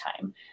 time